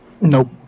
Nope